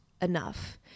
enough